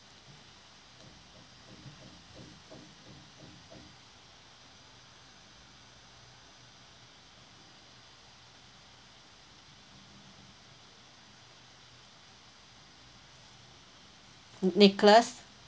n~ nicholas